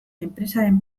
enpresaren